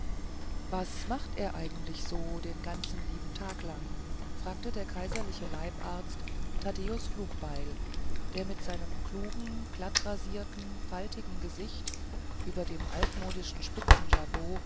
was macht er eigentlich so den ganzen lieben tag lang fragte der kaiserliche leibarzt thaddäus flugbeil der mit seinem klugen glattrasierten faltigen gesicht über dem altmodischen spitzenjabot